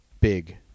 big